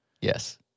Yes